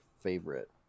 favorite